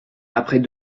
après